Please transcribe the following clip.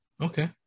Okay